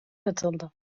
katıldı